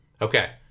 Okay